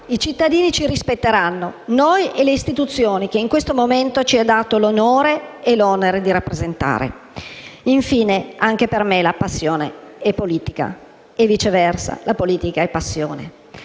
i cittadini rispetteranno noi e le istituzioni che in questo momento ci è dato l'onore e l'onere di rappresentare. Infine, anche per me la passione è politica e, viceversa, la politica è passione.